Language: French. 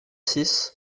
six